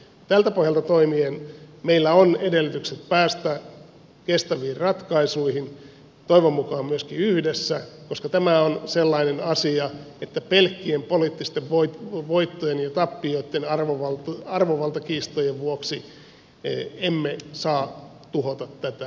tältä pohjalta toimien meillä on edellytykset päästä kestäviin ratkaisuihin toivon mukaan myöskin yhdessä koska tämä on sellainen asia että pelkkien poliittisten voittojen ja tappioitten arvovaltakiistojen vuoksi emme saa tuhota tätä